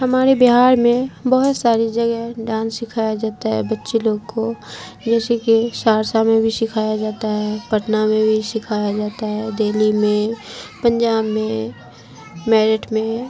ہمارے بہار میں بہت ساری جگہ ڈانس سکھایا جاتا ہے بچے لوگ کو جیسے کہ سہرسہ میں بھی سکھایا جاتا ہے پٹنہ میں بھی سکھایا جاتا ہے دہلی میں پنجاب میں میرٹھ میں